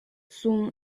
soon